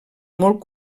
molt